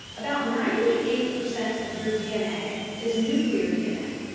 about ninety eight percent of your dna is nuclear dna.